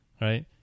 Right